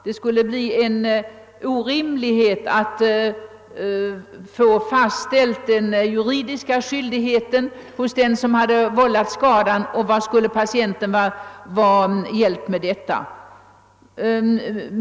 Det skulle bli en orimlig uppgift att juridiskt fastställa hos vem skulden för den vållade skadan ligger. Vi undrade också på vad sätt patienten skul!- le vara hjälpt av en sådan åtgärd.